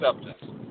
acceptance